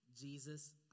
Jesus